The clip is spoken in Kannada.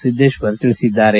ಸಿದ್ದೇಶ್ವರ್ ಹೇಳಿದ್ದಾರೆ